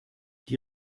die